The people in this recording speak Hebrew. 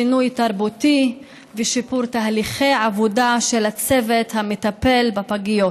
שינוי תרבותי ושיפור תהליכי העבודה של הצוות המטפל בפגיות.